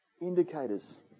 indicators